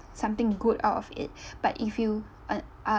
something good out of it but if you uh uh